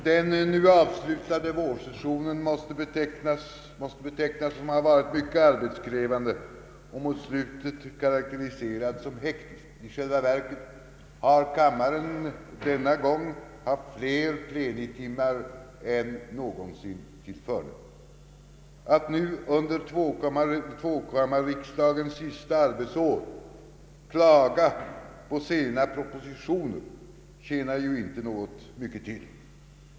Den nu avslutade vårsessionen måste betecknas som mycket arbetskrävande, och dess slut kan karakteriseras som hektiskt. I själva verket har kammaren denna gång haft fler plenitimmar än någonsin tillförne. Att nu under tvåkammarriksdagens sista arbetsår klaga på sena propositioner tjänar inte mycket till.